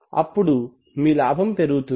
అప్పుడు మీ లాభం పెరుగుతుంది